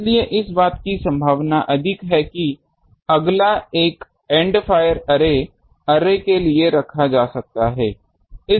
इसलिए इस बात की संभावना अधिक है कि अगला एक अर्रे एंड फायर अर्रे के लिए रखा जा सकता है